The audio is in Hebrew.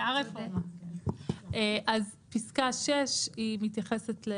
פסקה 6 מתייחסת,